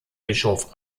bischof